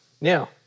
Now